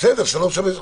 מה זה כרגע?